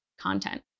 content